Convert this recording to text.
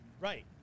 right